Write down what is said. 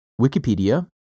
Wikipedia